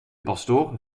pastoor